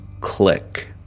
click